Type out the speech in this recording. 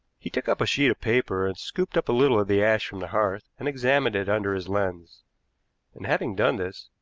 he took up a sheet of paper and scooped up a little of the ash from the hearth and examined it under his lens and, having done this,